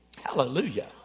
Hallelujah